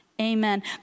Amen